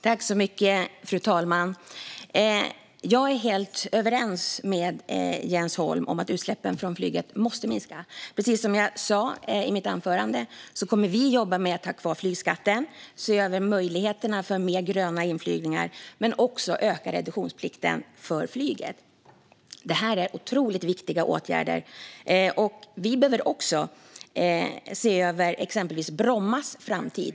Fru talman! Jag är helt överens med Jens Holm om att utsläppen från flyget måste minska. Precis som jag sa i mitt anförande kommer vi att jobba med att behålla flygskatten, se över möjligheterna till fler gröna inflygningar och öka reduktionsplikten för flyget. Detta är otroligt viktiga åtgärder. Vi behöver också se över exempelvis Brommas framtid.